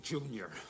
Junior